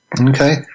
Okay